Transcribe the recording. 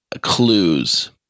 clues